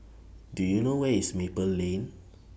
Do YOU know Where IS Maple Lane